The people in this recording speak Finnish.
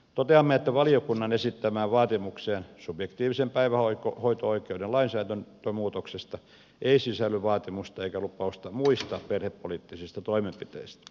toteamme että valiokunnan esittämään vaatimukseen subjektiivisen päivähoito oikeuden lainsäädäntömuutoksesta ei sisälly vaatimusta eikä lupausta muista perhepoliittisista toimenpiteistä